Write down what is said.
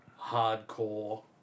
hardcore